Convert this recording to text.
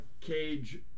cage